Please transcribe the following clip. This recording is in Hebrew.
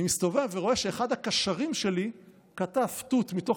אני מסתובב ורואה שאחד הקשרים שלי קטף תות מתוך